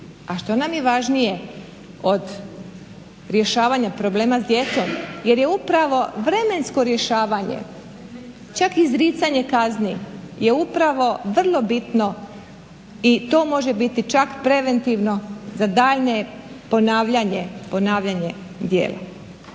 A što nam je važnije od rješavanja problema s djecom? Jer je upravo vremensko rješavanje, čak izricanje kazni je upravo vrlo bitno i to može biti čak preventivno za daljnje ponavljanje djela.